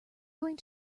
going